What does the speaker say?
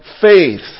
faith